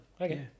okay